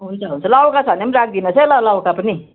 हुन्छ हुन्छ लौका छ भने पनि राखिदिनुहोस् है ल लौका पनि